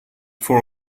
four